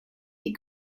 die